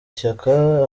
ishyaka